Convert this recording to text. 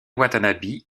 watanabe